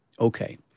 Okay